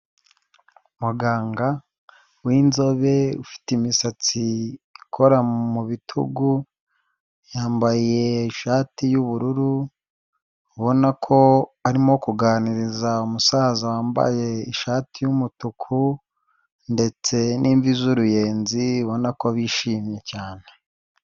Muganga w'inzobe ufite imisatsi ikora mu bitugu, yambaye ishati y'ubururu, ubona ko arimo kuganiriza umusaza wambaye ishati y'umutuku ndetse n'imvi z'uruyenzi, ubona ko bishimye cyane.